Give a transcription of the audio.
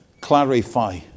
clarify